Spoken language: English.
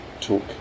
talk